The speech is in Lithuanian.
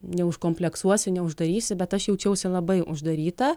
neužkompleksuosi neuždarysi bet aš jaučiausi labai uždaryta